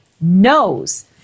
knows